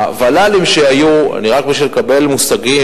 הוול"לים שהיו, רק כדי לקבל מושג,